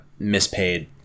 mispaid